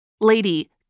Lady